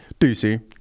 DC